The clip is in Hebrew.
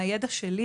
מהידע שלי,